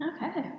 Okay